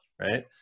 right